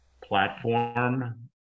platform